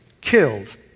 killed